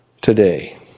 today